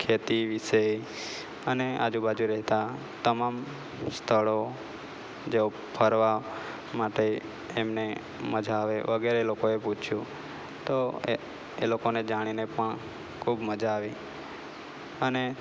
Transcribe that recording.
ખેતી વિશે અને આજુબાજુ રહેતા તમામ સ્થળો જેવો ફરવા માટે એમને મજા આવે વગેરે લોકોએ પૂછ્યું તો એ એ લોકોને જાણીને પણ ખૂબ મજા આવી અને